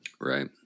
Right